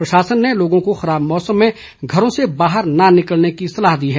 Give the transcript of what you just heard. प्रशासन ने लोगों को खराब मौसम में घरों से बाहर न निकलने की सलाह दी है